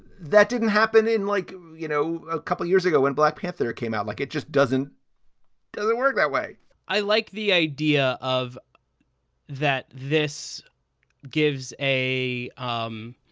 that didn't happen in like, you know, a couple of years ago when black panther came out. like, it just doesn't doesn't work that way i like the idea of that. this gives a um